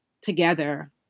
together